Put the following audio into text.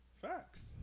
facts